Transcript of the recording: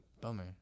Bummer